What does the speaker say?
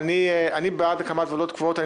בעד הקמת ועדות קבועות.